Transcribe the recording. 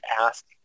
ask